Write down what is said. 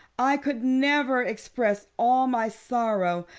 i could never express all my sorrow,